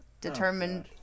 determined